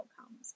outcomes